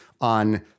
on